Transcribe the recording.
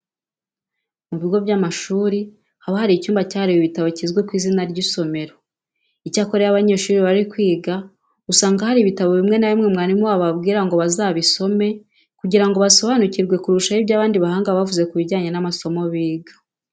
Mu bigo by'amashuri haba hari icyumba cyahariwe ibitabo kizwi ku izina ry'isomero. Icyakora iyo abanyeshuri bari kwiga usanga hari ibitabo bimwe na bimwe mwarimu wabo ababwira ngo bazabisome kugira ngo basobanukirwe kurushaho ibyo abandi bahanga bavuze ku bijyanye n'amasomo biga.